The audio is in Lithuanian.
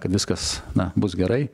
kad viskas bus gerai